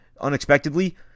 unexpectedly